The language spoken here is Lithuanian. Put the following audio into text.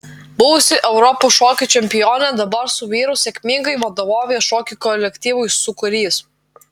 buvusi europos šokių čempionė dabar su vyru sėkmingai vadovauja šokių kolektyvui sūkurys